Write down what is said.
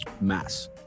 mass